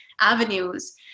avenues